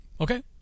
Okay